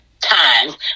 times